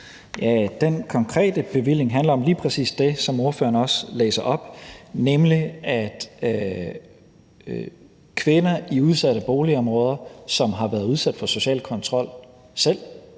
Den konkrete bevilling handler om lige præcis det, som ordføreren læste op, nemlig at kvinder i udsatte boligområder, som selv har været udsat for social kontrol –